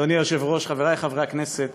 אדוני היושב-ראש, חברי חברי הכנסת,